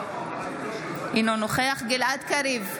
אינו נוכח גלעד קריב,